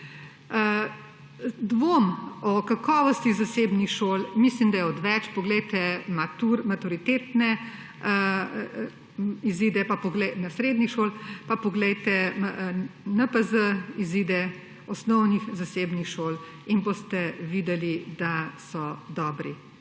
Dvom o kakovosti zasebnih šol, mislim, da je odveč. Poglejte maturitetne izide srednjih šol, poglejte NPZ izide osnovnih zasebnih šol in boste videli, da so dobri,